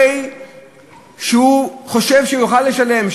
והוא חושב שיוכל לשלם,